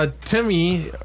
Timmy